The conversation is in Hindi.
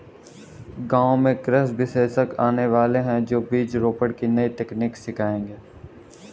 गांव में कृषि विशेषज्ञ आने वाले है, जो बीज रोपण की नई तकनीक सिखाएंगे